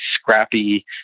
scrappy